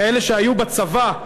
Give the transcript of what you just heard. כאלו שהיו בצבא,